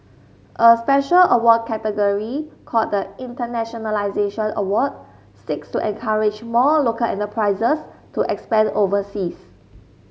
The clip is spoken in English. a special award category called the Internationalisation Award seeks to encourage more local enterprises to expand overseas